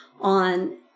on